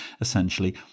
essentially